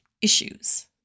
issues